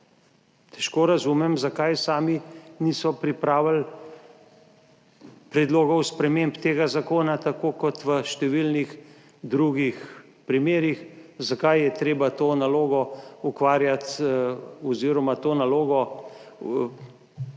– 14.50** (Nadaljevanje) pripravili predlogov sprememb tega zakona, tako kot v številnih drugih primerih. Zakaj je treba to nalogo ukvarjati oziroma to nalogo podarjati,